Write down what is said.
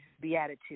beatitude